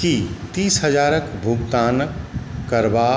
की तीस हजारक भुगतान करबा